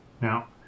Now